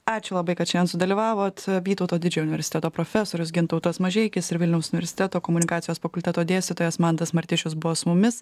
ačiū labai kad šiandien sudalyvavot vytauto didžiojo universiteto profesorius gintautas mažeikis ir vilniaus universiteto komunikacijos fakulteto dėstytojas mantas martišius buvo su mumis